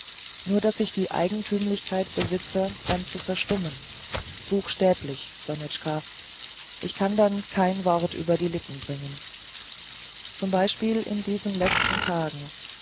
nur daß ich die eigentümlichkeit besitze dann zu verstummen buchstäblich sonitschka ich kann dann kein wort über die lippen bringen zum beispiel in diesen letzten tagen